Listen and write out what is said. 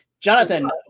Jonathan